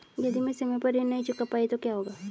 यदि मैं समय पर ऋण नहीं चुका पाई तो क्या होगा?